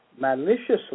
maliciously